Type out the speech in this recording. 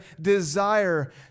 desire